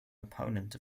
opponent